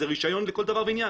זה רישיון לכל דבר ועניין.